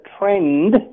trend